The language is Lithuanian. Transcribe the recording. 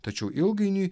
tačiau ilgainiui